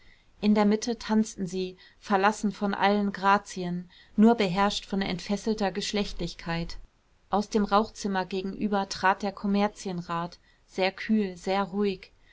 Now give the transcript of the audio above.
in der mitte tanzten sie verlassen von allen grazien nur beherrscht von entfesselter geschlechtlichkeit aus dem rauchzimmer gegenüber trat der kommerzienrat sehr kühl sehr ruhig